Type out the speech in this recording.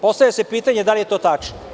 Postavlja se pitanje – da li je to tačno?